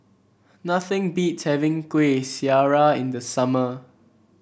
nothing beats having Kueh Syara in the summer